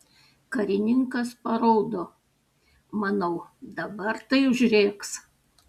karininkas paraudo manau dabar tai užrėks